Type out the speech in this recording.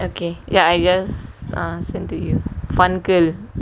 okay ya I just err send to you funcle